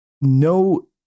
no